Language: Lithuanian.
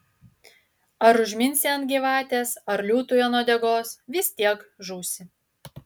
ar užminsi ant gyvatės ar liūtui ant uodegos vis tiek žūsi